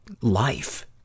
life